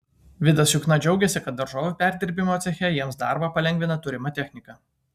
vidas jukna džiaugiasi kad daržovių perdirbimo ceche jiems darbą palengvina turima technika